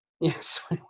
Yes